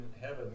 heaven